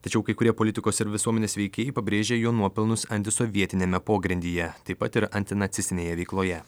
tačiau kai kurie politikos ir visuomenės veikėjai pabrėžė jo nuopelnus antisovietiniame pogrindyje taip pat ir antinacistinėje veikloje